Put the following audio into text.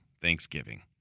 Thanksgiving